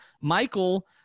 Michael